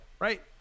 Right